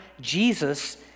Jesus